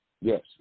Yes